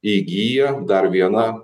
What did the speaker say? įgyja dar vieną